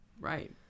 Right